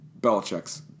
Belichick's